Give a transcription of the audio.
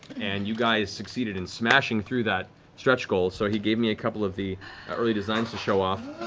and you guys succeeded in smashing through that stretch goal, so he gave me a couple of the early designs to show off.